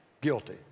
guilty